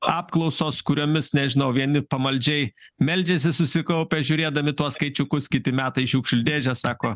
apklausos kuriomis nežinau vieni pamaldžiai meldžiasi susikaupę žiūrėdami tuos skaičiukus kiti metai į šiukšlių dėžę sako